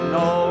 no